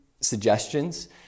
Suggestions